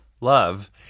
Love